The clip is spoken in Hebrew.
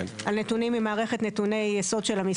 הנתונים ממערכת נתוני יסוד של המשרד.